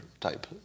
type